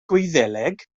gwyddeleg